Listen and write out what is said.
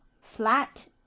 flat